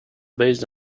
based